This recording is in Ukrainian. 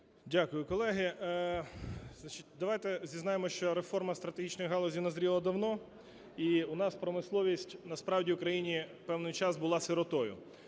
Дякую. Колеги, давайте зізнаємось, що реформа стратегічної галузі назріла давно, і у нас промисловість насправді в країні певний час була сиротою.